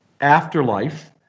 afterlife